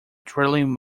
drilling